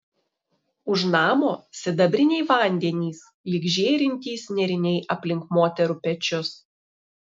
už namo sidabriniai vandenys lyg žėrintys nėriniai aplink moterų pečius